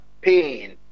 pain